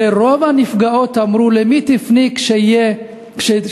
כששאלו את רוב הנפגעות: למי תפני כשתהיה אלימות?